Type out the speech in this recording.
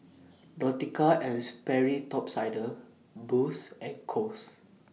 Nautica and Sperry Top Sider Boost and Kose